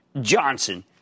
Johnson